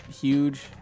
huge